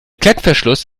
klettverschluss